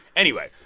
anyway,